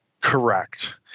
Correct